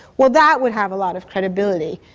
well that would have a lot of credibility.